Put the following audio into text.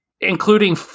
including